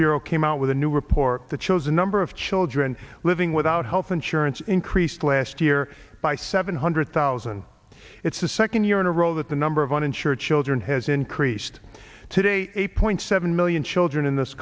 bureau came out with a new report that shows a number of children living without health insurance increased last year by seven hundred thousand it's the second year in a row that the number of uninsured chose and has increased today a point seven million children in this